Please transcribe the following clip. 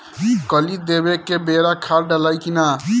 कली देवे के बेरा खाद डालाई कि न?